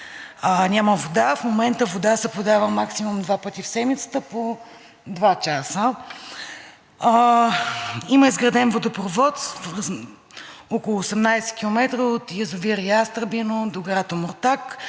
няма вода. В момента вода се подава максимум два пъти в седмицата по два часа. Има изграден водопровод от около 18 км от язовир „Ястребино“ до град Омуртаг,